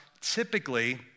Typically